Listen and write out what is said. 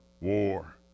war